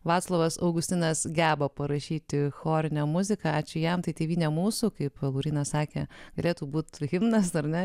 vaclovas augustinas geba parašyti chorinę muziką ačiū jam tai tėvyne mūsų kaip laurynas sakė galėtų būti himnas ar ne